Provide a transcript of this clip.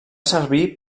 servir